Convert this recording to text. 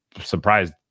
surprised